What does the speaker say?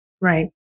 Right